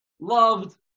loved